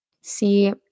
See